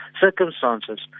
circumstances